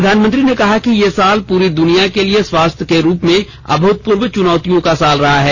प्रधानमंत्री ने कहा ये साल पूरी दुनिया के लिए स्वास्थ्य के रूप में अभूतपूर्व चुनौतियों का साल रहा है